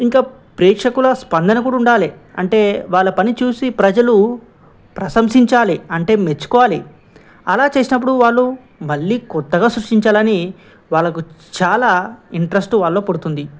ఇంకా ప్రేక్షకుల స్పందన కూడా ఉండాలి అంటే వాళ్ళ పని చూసి ప్రజలు ప్రశంసించాలి అంటే మెచ్చుకోవాలి అలా చేసినప్పుడు వాళ్ళు మళ్ళీ కొత్తగా సృష్టించాలని వాళ్ళకు చాలా ఇంట్రెస్ట్ వాళ్ళ పడుతుంది